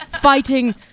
fighting